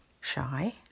shy